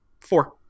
Four